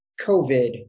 COVID